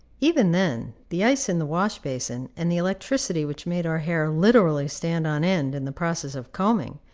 even then, the ice in the wash-basin, and the electricity which made our hair literally stand on end in the process of combing,